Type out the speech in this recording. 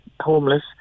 homeless